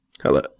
Hello